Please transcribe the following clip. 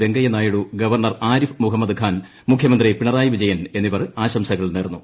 Venkaiah Naidu governor Arif Muhammad Khan മുഖൃമന്ത്രി പിണറായി വിജയൻ എന്നിവർ ആശംസകൾ നേർന്നു